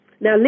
Now